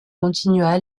continua